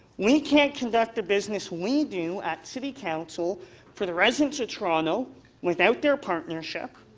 we can't conduct the business we do at city council for the residents of toronto without their partnership.